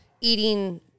eating